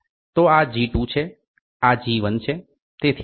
તો આ જી 2 છે આ જી 1 છે